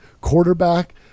quarterback